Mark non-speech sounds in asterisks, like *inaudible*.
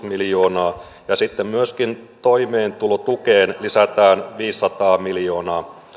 *unintelligible* miljoonaa ja sitten myöskin toimeentulotukeen lisätään viisisataa miljoonaa